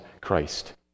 Christ